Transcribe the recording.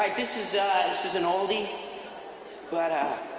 like this is ah this is an oldie but ah